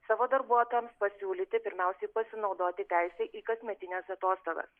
savo darbuotojams pasiūlyti pirmiausiai pasinaudoti teise į kasmetines atostogas